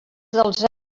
dels